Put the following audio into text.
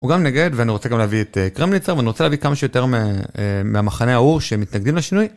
הוא גם נגד ואני רוצה גם להביא את קרמניצר ואני רוצה להביא כמה שיותר מהמחנה ההוא, שמתנגדים לשינוי.